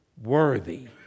worthy